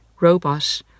robot